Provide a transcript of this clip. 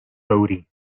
bodhi